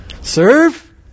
Serve